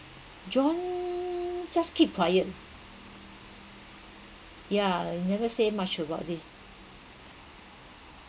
john just keep quiet yeah he never say much about this